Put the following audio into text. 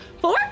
four